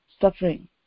suffering